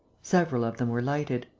several of them were lighted.